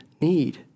need